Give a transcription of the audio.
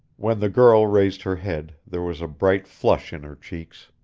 when the girl raised her head there was a bright flush in her cheeks.